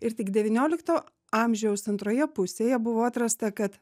ir tik devyniolikto amžiaus antroje pusėje buvo atrasta kad